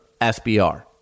SBR